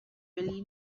really